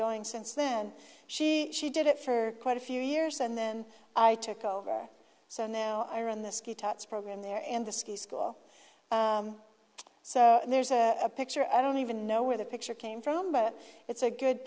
going since then she she did it for quite a few years and then i took over so now i run the ski tots program there in the ski school so there's a picture i don't even know where the picture came from but it's a good